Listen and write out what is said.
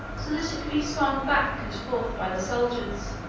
so that it could be swung back and forth by the soldiers,